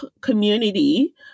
community